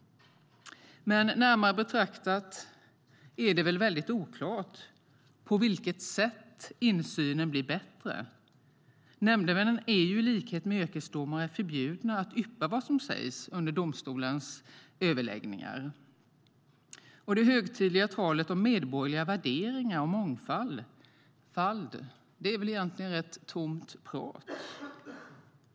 Men närmare betraktat är det oklart på vilket sätt insynen blir bättre. Nämndemännen är i likhet med yrkesdomare förbjudna att yppa vad som sägs under domstolens överläggningar. Det högtidliga talet om medborgerliga värderingar och mångfald är väl egentligen rätt tomt prat.